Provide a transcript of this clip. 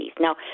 Now